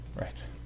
Right